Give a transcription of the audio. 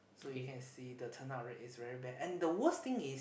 so you can see the turn up rate is very bad and the worst thing is